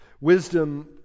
Wisdom